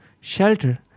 shelter